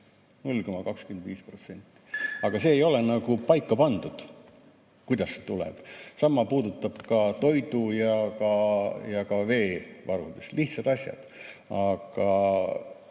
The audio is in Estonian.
0,25%! Aga ei ole nagu paika pandud, kuidas see tuleb. Sama puudutab ka toidu‑ ja veevarusid. Lihtsad asjad. Aga